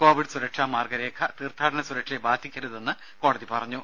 Covid സുരക്ഷാ മാർഗ്ഗരേഖ തീർത്ഥാടന സുരക്ഷയെ ബാധിക്കരുതെന്ന് കോടതി പറഞ്ഞു